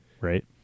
right